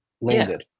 Landed